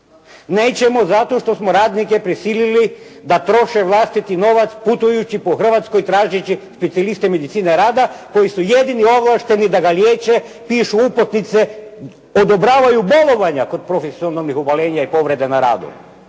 Nećemo zato što smo radnike prisilili da troše vlastiti novac putujući po Hrvatskoj tražeći specijaliste medicine rada koji su jedini ovlašteni da ga liječe, pišu uputnice, odobravaju bolovanja kod profesionalnih oboljenja i povrede na radu